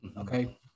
okay